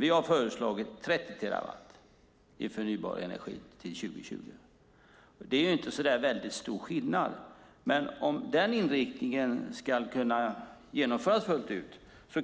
Vi har föreslagit 30 terawattimmar i förnybar energi till 2020. Det är inte så där väldigt stor skillnad. Men om den inriktningen ska kunna fullföljas